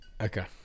Okay